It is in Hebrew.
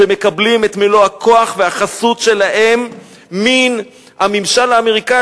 שמקבלים את מלוא הכוח והחסות שלהם מן הממשל האמריקני,